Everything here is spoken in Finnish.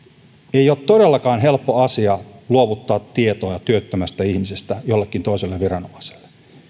ei ole todellakaan helppo asia luovuttaa tietoa työttömästä ihmisestä jollekin toiselle viranomaiselle me